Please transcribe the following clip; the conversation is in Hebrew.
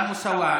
גם מוסאוא,